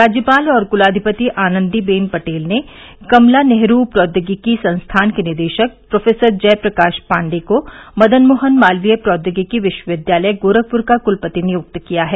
राज्यपाल और कुलाधिपति आनन्दीबेन पटेल ने कमला नेहरू प्रौद्योगिकी संस्थान के निदेशक प्रोफेसर जय प्रकाश पाण्डेय को मदन मोहन मालवीय प्रौद्योगिकी विश्वविद्यालय गोरखपुर का कुलपति नियुक्त किया है